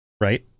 right